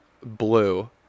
blue